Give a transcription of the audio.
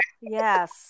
Yes